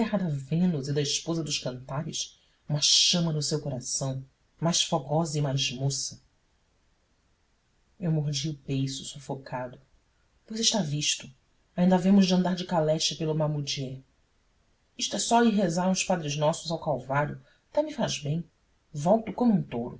da vênus e da esposa dos cantares uma chama no seu coração mais fogosa e mais moça eu mordia o beiço sufocado pois está visto ainda havemos de andar de caleche pelo mamudiê isto é só ir rezar uns padre nossos ao calvário até me faz bem volto como um touro